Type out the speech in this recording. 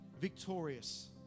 victorious